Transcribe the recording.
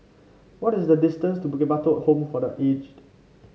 what is the distance to Bukit Batok Home for The Aged